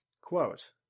quote